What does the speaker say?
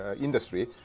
industry